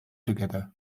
together